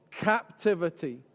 captivity